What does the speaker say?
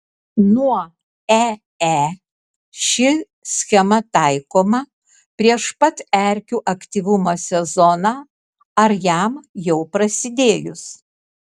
nuo ee ši schema taikoma prieš pat erkių aktyvumo sezoną ar jam jau prasidėjus